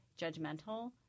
judgmental